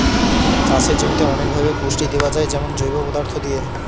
চাষের জমিতে অনেকভাবে পুষ্টি দেয়া যায় যেমন জৈব পদার্থ দিয়ে